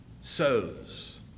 sows